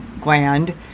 gland